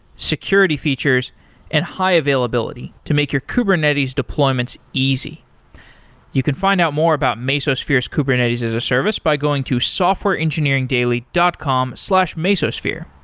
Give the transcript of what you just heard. security features and high availability, to make your kubernetes deployments easy you can find out more about mesosphere's kubernetes as a service by going to softwareengineeringdaily dot com slash mesosphere.